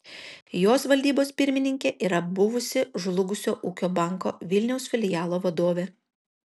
jos valdybos pirmininkė yra buvusi žlugusio ūkio banko vilniaus filialo vadovė